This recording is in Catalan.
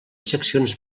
seccions